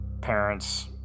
parents